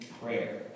prayer